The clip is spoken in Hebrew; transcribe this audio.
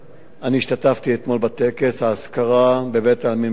אני השתתפתי אתמול בטקס האזכרה בבית-העלמין בצפת,